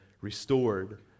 restored